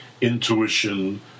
intuition